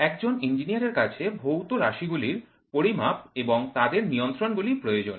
একজন ইঞ্জিনিয়ারের কাছে ভৌত রাশি গুলির পরিমাপ এবং তাদের নিয়ন্ত্রণগুলি প্রয়োজন